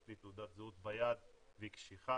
יש לי תעודת זהות ביד והיא קשיחה,